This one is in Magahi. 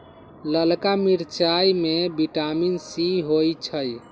ललका मिरचाई में विटामिन सी होइ छइ